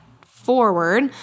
forward